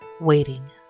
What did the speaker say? waiting